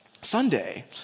Sunday